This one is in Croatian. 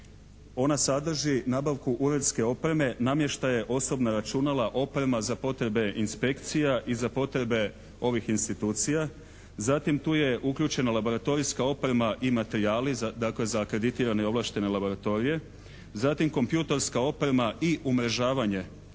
ona sadrži nabavku uredske opreme, namještaja, osobna računala, oprema za potrebe inspekcija i za potrebe ovih institucija, zatim tu je uključena laboratorijska oprema i materijali, dakle za akreditirane i ovlaštene laboratorije, zatim kompjutorska oprema i umrežavanje